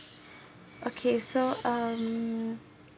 okay so um